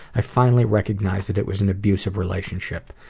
i finally recognize that it was an abusive relationship.